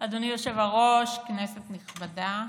אדוני היושב-ראש, כנסת נכבדה,